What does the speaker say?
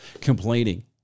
complaining